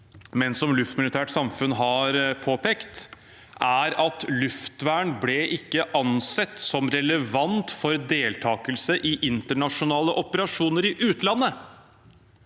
men som Luftmilitært Samfund har påpekt, er at luftvern ikke ble ansett som relevant for deltakelse i internasjonale operasjoner i utlandet,